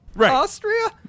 austria